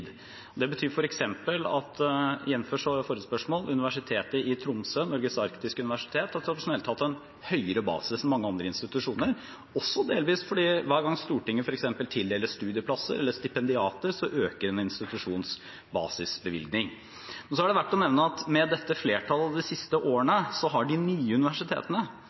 Det betyr f.eks., jf. forrige spørsmål, at Universitetet i Tromsø – Norges arktiske universitet tradisjonelt har hatt en høyere basis enn mange andre institusjoner, delvis også fordi hver gang Stortinget tildeler f.eks. studieplasser eller stipendiater, øker en institusjons basisbevilgning. Det er verdt å nevne at med dette flertallet de siste årene har de nye universitetene